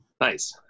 Nice